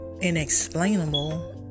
inexplainable